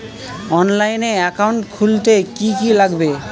অনলাইনে একাউন্ট খুলতে কি কি লাগবে?